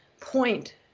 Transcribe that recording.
point